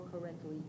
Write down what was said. correctly